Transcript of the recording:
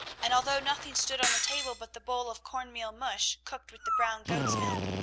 and although nothing stood on the table but the bowl of corn-meal mush cooked with the brown goat's milk,